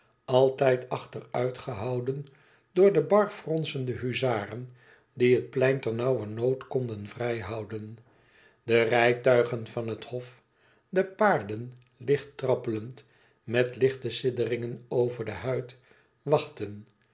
altijd achteruit gehouden door de bar fronsende huzaren die het plein ternauwernood konden vrijhouden de rijtuigen van het hof de paarden licht trappelend met lichte sidderingen over de huid wachtten